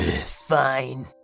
Fine